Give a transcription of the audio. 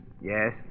Yes